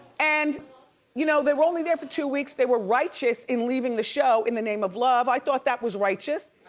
and you know they were only there for two weeks. they were righteous in leaving the show in the name of love. i thought that was righteous.